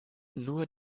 nur